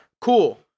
Cool